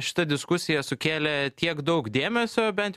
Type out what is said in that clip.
šita diskusija sukėlė tiek daug dėmesio bent